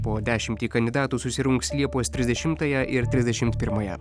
po dešimtį kandidatų susirungs liepos trisdešimtąją ir trisdešimt pirmąją